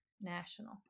national